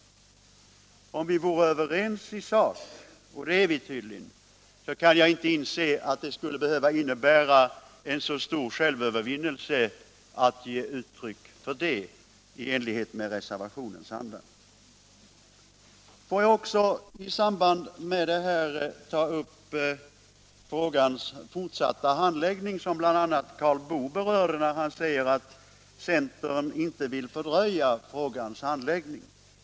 Om vi är överens i sak — och det är vi tydligen — kan jag inte inse att det skulle behöva innebära en så stor självövervinnelse att ge uttryck för I det här sammanhanget vill jag också ta upp frågans fortsatta handläggning, som bl.a. Karl Boo berörde när han sade att centern inte vill fördröja frågans handläggning.